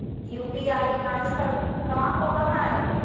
UPI transfer का होव हई?